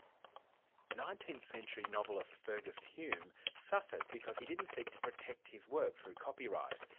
nineteenth century novelist fergus hume suffered because he didn't seek to protect his work through copyright.